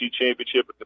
championship